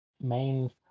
main